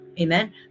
amen